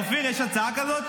אופיר, יש הצעה כזאת?